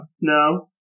No